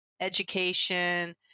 education